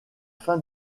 fin